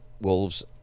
Wolves